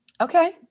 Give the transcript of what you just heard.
Okay